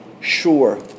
sure